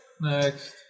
Next